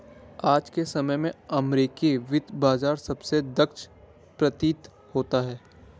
आज के समय में अमेरिकी वित्त बाजार सबसे दक्ष प्रतीत होता है